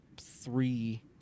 three